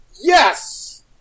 Yes